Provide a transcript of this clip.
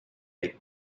eat